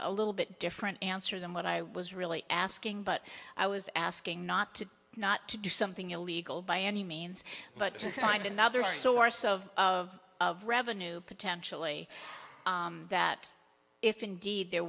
a little bit different answer than what i was really asking but i was asking not to not to do something illegal by any means but to find another source of of of revenue potentially that if indeed there